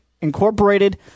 Incorporated